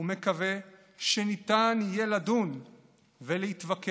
ומקווה שניתן יהיה לדון ולהתווכח